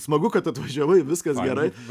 smagu kad atvažiavai viskas gerai